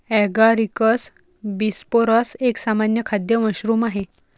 Agaricus bisporus एक सामान्य खाद्य मशरूम आहे